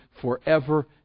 forever